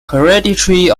hereditary